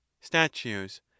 statues